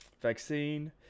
vaccine